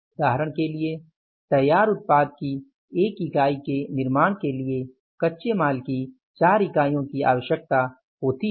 उदाहरण के लिए तैयार उत्पाद की 1 इकाई के निर्माण के लिए कच्चे माल की 4 इकाइयों की आवश्यकता होती है